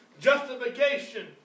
justification